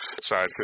side